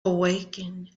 awaken